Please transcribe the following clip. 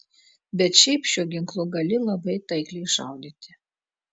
bet šiaip šiuo ginklu gali labai taikliai šaudyti